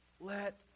Let